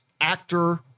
actor